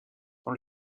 dans